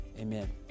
amen